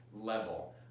level